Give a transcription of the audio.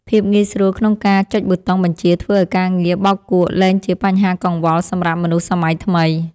ភាពងាយស្រួលក្នុងការចុចប៊ូតុងបញ្ជាធ្វើឱ្យការងារបោកគក់លែងជាបញ្ហាកង្វល់សម្រាប់មនុស្សសម័យថ្មី។